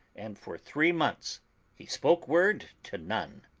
and for three months he spoke word to none.